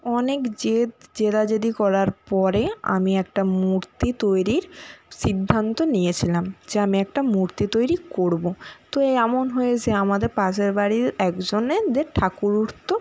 অনেক জেদ জেদাজেদি করার পরে আমি একটা মূর্তি তৈরির সিদ্ধান্ত নিয়েছিলাম যে আমি একটা মূর্তি তৈরি করব তো এমন হয়েছে আমাদের পাশের বাড়ির একজনেদের ঠাকুর উঠত